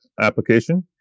application